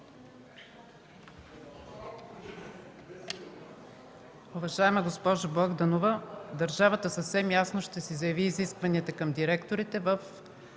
държавата съвсем ясно ще заяви изискванията към директорите в